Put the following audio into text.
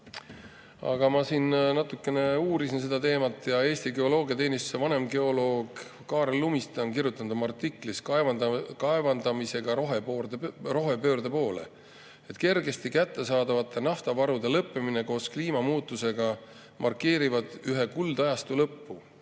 Aga ma natuke uurisin seda teemat. Eesti Geoloogiateenistuse vanemgeoloog Kaarel Lumiste on kirjutanud oma artiklis "Kaevandamisega rohepöörde poole": "Kergesti kättesaadavate naftavarude lõppemine koos kliimamuutustega markeerivad ühe kuldajastu lõppu.